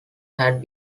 had